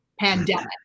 pandemic